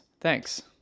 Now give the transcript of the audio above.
Thanks